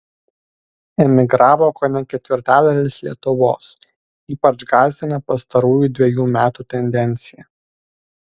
emigravo kone ketvirtadalis lietuvos ypač gąsdina pastarųjų dvejų metų tendencija